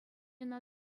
ӑна